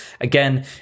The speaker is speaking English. again